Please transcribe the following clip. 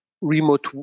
remote